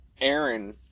aaron